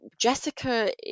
Jessica